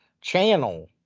channel